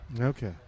Okay